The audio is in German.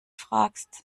fragst